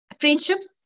friendships